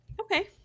Okay